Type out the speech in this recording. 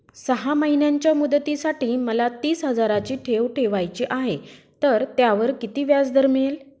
सहा महिन्यांच्या मुदतीसाठी मला तीस हजाराची ठेव ठेवायची आहे, तर त्यावर किती व्याजदर मिळेल?